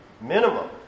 minimum